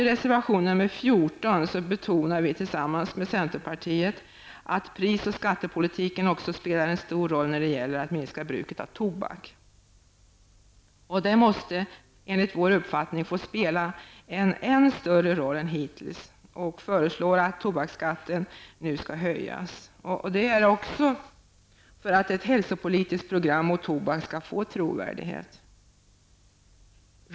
I reservation 14 däremot betonar vi tillsammans med centerpartiet att pris och skattepolitiken också spelar en stor roll när det gäller att minska bruket av tobak. Den politiken måste enligt vår uppfattning få spela en än större roll än hittills, och vi föreslår att tobaksskatten nu skall höjas. Det gör vi för att ett hälsopolitiskt program mot tobak skall få trovärdighet.